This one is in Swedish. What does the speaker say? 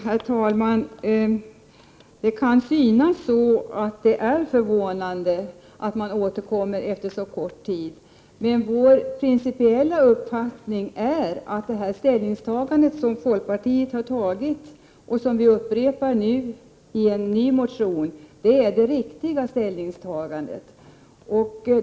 Herr talman! Det kan synas konstigt att vi återkommer efter så kort tid. Men vi från folkpartiet upprepar nu vår principiella ståndpunkt i en ny motion, och vi anser att detta ställningstagande är det riktiga.